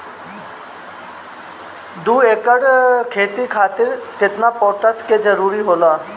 दु एकड़ खेती खातिर केतना पोटाश के जरूरी होला?